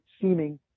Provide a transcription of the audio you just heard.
seeming